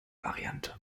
variante